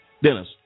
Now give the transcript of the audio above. Dennis